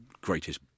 greatest